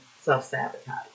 self-sabotage